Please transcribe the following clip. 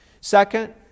Second